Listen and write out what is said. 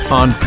on